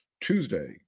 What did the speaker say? Tuesday